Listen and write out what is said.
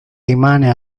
rimane